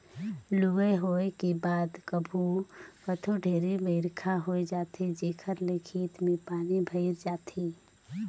लुवई होए के बाद कभू कथों ढेरे बइरखा होए जाथे जेखर ले खेत में पानी भइर जाथे